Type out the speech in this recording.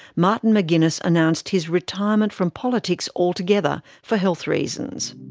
martin mcguiness announced his retirement from politics altogether, for health reasons.